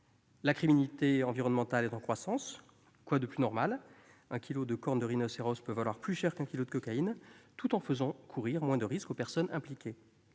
La criminalité environnementale est en croissance. Quoi de plus normal ? Un kilo de corne de rhinocéros peut valoir plus cher qu'un kilo de cocaïne, et fait courir moins de risques aux personnes impliquées.